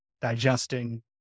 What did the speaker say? digesting